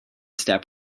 step